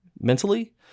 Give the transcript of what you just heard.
mentally